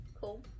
Cool